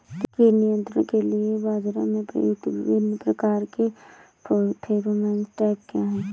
कीट नियंत्रण के लिए बाजरा में प्रयुक्त विभिन्न प्रकार के फेरोमोन ट्रैप क्या है?